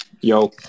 yo